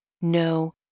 No